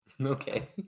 Okay